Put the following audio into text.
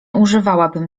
używałabym